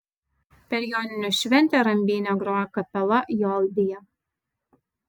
per joninių šventę rambyne grojo kapela joldija